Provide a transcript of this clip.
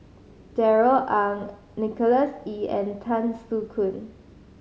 Darrell Ang Nicholas Ee and Tan Soo Khoon